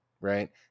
right